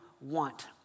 want